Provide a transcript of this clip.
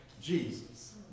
Jesus